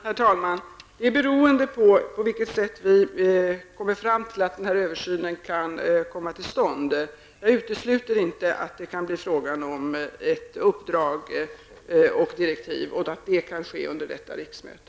Herr talman! Det beror på hur vi kommer fram till att denna översyn kan komma till stånd. Jag utesluter inte att det kan bli fråga om att utfärda direktiv för ett uppdrag under detta riksmöte.